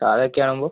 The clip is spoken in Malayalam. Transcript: സാദാ ഒക്കെ ആവുമ്പോൾ